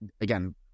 again